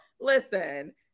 Listen